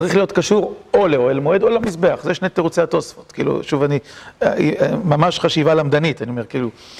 צריך להיות קשור או לאוהל מועד או למזבח, זה שני תירוצי התוספות. כאילו, שוב אני, ממש חשיבה למדנית, אני אומר, כאילו...